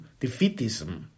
defeatism